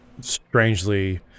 strangely